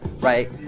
right